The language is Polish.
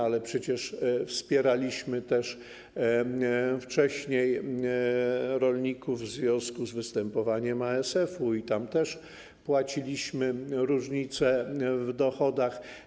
Ale przecież wspieraliśmy też wcześniej rolników w związku z występowaniem ASF-u i tam też płaciliśmy różnice w dochodach.